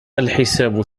الحساب